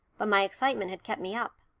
but my excitement had kept me up.